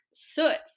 soot